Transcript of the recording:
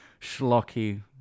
schlocky